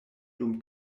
dum